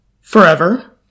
forever